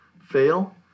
fail